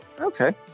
Okay